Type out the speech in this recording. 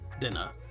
dinner